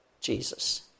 Jesus